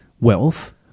wealth